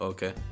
Okay